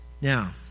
Now